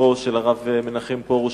לזכרו של הרב מנחם פרוש,